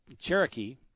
Cherokee